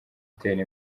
utera